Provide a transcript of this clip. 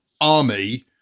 army